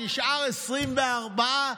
נשארו 24,